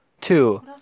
Two